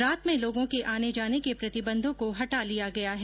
रात में लोगों के आने जाने के प्रतिबंधों को हटा लिया गया है